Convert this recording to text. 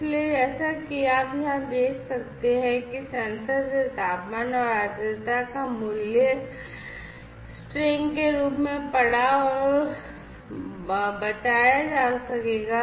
इसलिए जैसा कि आप यहाँ देख सकते हैं कि सेंसर से तापमान और आर्द्रता का मूल्य स्ट्रिंग के रूप में पढ़ा और बचाया जा सकेगा